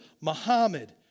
Muhammad